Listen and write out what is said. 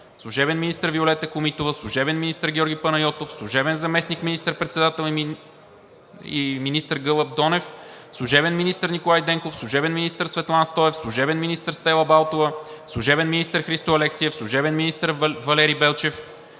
служебен министър Виолета Комитова, служебен министър Георги Панайотов, служебен заместник министър-председател и министър Гълъб Донев, служебен министър Николай Денков, служебен министър Светлан Стоев, служебен министър Стела Балтова, служебен министър Христо Алексиев, служебен министър Валери Белчев,